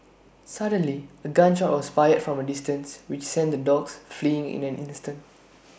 suddenly A gun shot was fired from A distance which sent the dogs fleeing in an instant